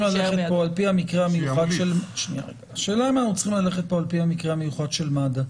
ללכת פה על-פי המקרה שלנו המיוחד של מד"א.